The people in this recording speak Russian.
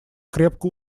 крепко